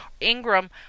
ingram